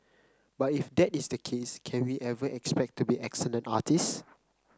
but if that is the case can we ever expect to be excellent artists